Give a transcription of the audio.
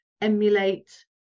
emulate